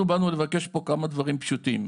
אנחנו באנו לבקש פה כמה דברים פשוטים.